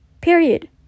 Period